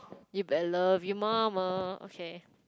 you better love your mama okay